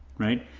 right?